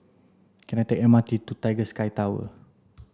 can I take the M R T to Tiger Sky Tower